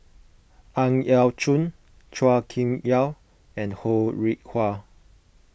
Ang Yau Choon Chua Kim Yeow and Ho Rih Hwa